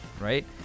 right